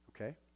okay